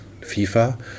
FIFA